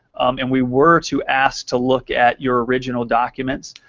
and we were to ask to look at your original documents,